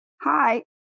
Hi